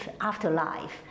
afterlife